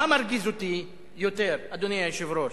מה מרגיז אותי יותר, אדוני היושב-ראש?